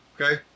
okay